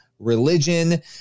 religion